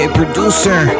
producer